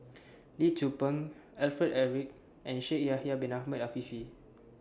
Lee Tzu Pheng Alfred Eric and Shaikh Yahya Bin Ahmed Afifi